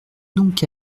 donc